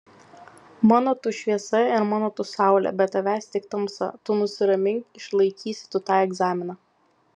mano tu šviesa ir mano tu saulė be tavęs tik tamsa tu nusiramink išlaikysi tu tą egzaminą